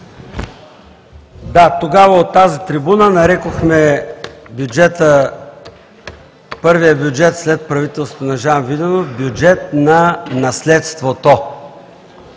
Да, тогава от тази трибуна нарекохме първия бюджет след правителството на Жан Виденов „бюджет на наследството“!